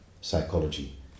psychology